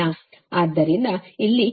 ಆದ್ದರಿಂದ ZC Zγl ಸರಿನಾ